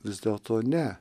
vis dėlto ne